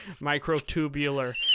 microtubular